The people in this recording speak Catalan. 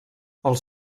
els